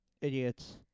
idiots